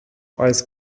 eis